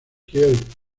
kiel